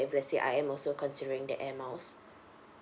if let's say I am also considering the air miles